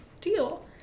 deal